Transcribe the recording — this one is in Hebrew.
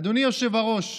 אדוני היושב-ראש,